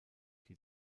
die